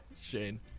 Shane